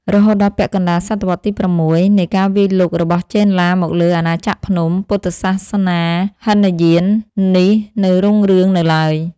រហូតដល់ពាក់កណ្តាលសតវត្សទី៦ នៃការវាយលុករបស់ចេនឡាមកលើអាណាចក្រភ្នំ ពុទ្ធសាសនាហីនយាននេះនៅរុងរឿងនៅឡើយ ។